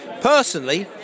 Personally